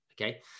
okay